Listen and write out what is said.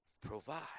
provide